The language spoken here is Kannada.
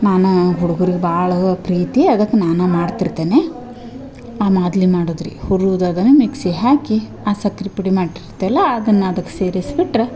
ನಾನಾ ಹುಡುಗ್ರಿಗ ಭಾಳ ಪ್ರೀತಿ ಅದಕ್ಕೆ ನಾನಾ ಮಾಡ್ತಿರ್ತೆನಿ ಆ ಮಾದ್ಲಿ ಮಾಡೋದು ರಿ ಹುರುದು ಅದನ್ನ ಮಿಕ್ಸಿ ಹಾಕಿ ಆ ಸಕ್ಕರೆ ಪುಡಿ ಮಾಡಿರ್ತೆಲ್ಲ ಅದನ್ನ ಅದಕ್ಕೆ ಸೇರಿಸಿ ಬಿಟ್ರ